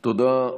תודה.